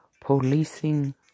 policing